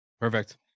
Perfect